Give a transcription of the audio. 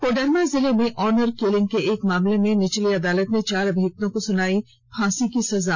कोडरमा जिले में honour killing के एक मामले में निचली अदालत ने चार अभियुक्तों को सुनायी फांसी की सजा